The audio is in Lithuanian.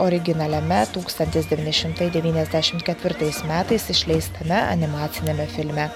originaliame tūkstantis devyni šimtai devyniasdešim ketvirtais metais išleistame animaciniame filme